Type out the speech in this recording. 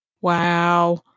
Wow